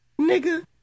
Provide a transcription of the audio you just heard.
Nigga